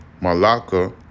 Malacca